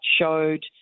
showed